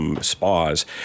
spas